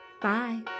Bye